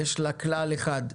יש לה כלל אחד,